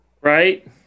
Right